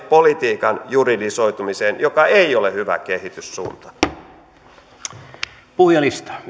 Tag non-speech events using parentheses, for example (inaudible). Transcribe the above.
(unintelligible) politiikan juridisoitumiseen mikä ei ole hyvä kehityssuunta puhujalistaan